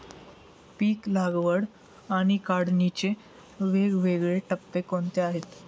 पीक लागवड आणि काढणीचे वेगवेगळे टप्पे कोणते आहेत?